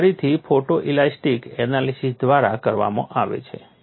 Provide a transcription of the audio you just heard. આ ફરીથી photoelastic analysis દ્વારા કરવામાં આવે છે